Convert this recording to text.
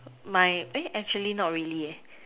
my eh actually not really eh